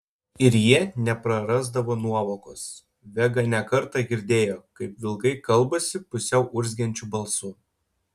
ir jie neprarasdavo nuovokos vega ne kartą girdėjo kaip vilkai kalbasi pusiau urzgiančiu balsu